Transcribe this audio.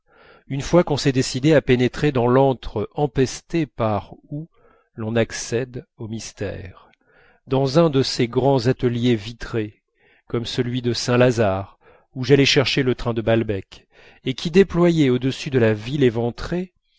une fois qu'on s'est décidé à pénétrer dans l'antre empesté par où l'on accède au mystère dans un de ces grands ateliers vitrés comme celui de saint-lazare où j'allais chercher le train de balbec et qui déployait au-dessus de la ville éventrée